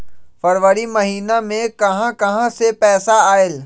फरवरी महिना मे कहा कहा से पैसा आएल?